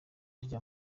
rya